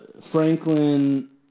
Franklin